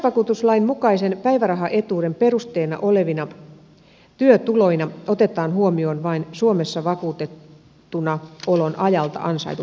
sairausvakuutuslain mukaisen päivärahaetuuden perusteena olevina työtuloina otetaan huomioon vain suomessa vakuutettuna olon ajalta ansaitut tulot